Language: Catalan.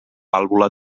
vàlvula